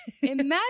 Imagine